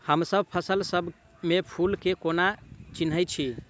हमसब फसल सब मे फूल केँ कोना चिन्है छी?